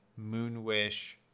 Moonwish